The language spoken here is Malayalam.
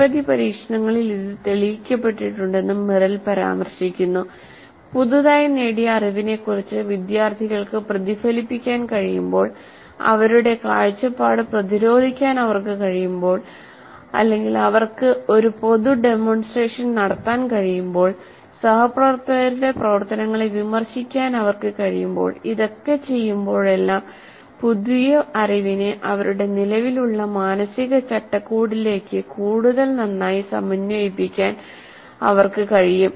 നിരവധി പരീക്ഷണങ്ങളിൽ ഇത് തെളിയിക്കപ്പെട്ടിട്ടുണ്ടെന്നും മെറിൽ പരാമർശിക്കുന്നു പുതുതായി നേടിയ അറിവിനെക്കുറിച്ച് വിദ്യാർത്ഥികൾക്ക് പ്രതിഫലിപ്പിക്കാൻ കഴിയുമ്പോൾ അവരുടെ കാഴ്ചപ്പാട് പ്രതിരോധിക്കാൻ അവർക്ക് കഴിയുമ്പോൾ അവർക്ക് ഒരു പൊതു ഡെമോൺസ്ട്രേഷൻ നടത്താൻ കഴിയുമ്പോൾ സഹപ്രവർത്തകരുടെ പ്രവർത്തനങ്ങളെ വിമർശിക്കാൻ അവർക്ക് കഴിയുമ്പോൾഇതൊക്കെ ചെയ്യുമ്പോഴെല്ലാം പുതിയ അറിവിനെ അവരുടെ നിലവിലുള്ള മാനസിക ചട്ടക്കൂടിലേക്ക് കൂടുതൽ നന്നായി സമന്വയിപ്പിക്കാൻ അവർക്ക് കഴിയും